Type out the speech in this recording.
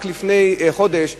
רק לפני חודש בני-זוג,